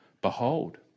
Behold